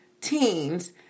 teens